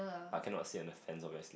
I cannot sit on the fence obviously